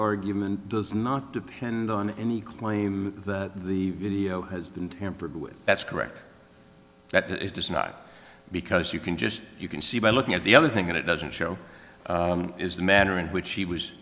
argument does not depend on any claim that the video has been tampered with that's correct that does not because you can just you can see by looking at the other thing that it doesn't show is the manner in which he was